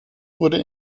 wurde